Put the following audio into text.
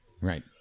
Right